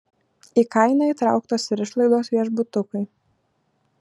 į kainą įtrauktos ir išlaidos viešbutukui